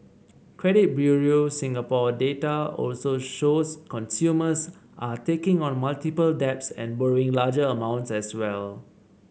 credit Bureau Singapore data also shows consumers are taking on multiple debts and borrowing larger amounts as well